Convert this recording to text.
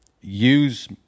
use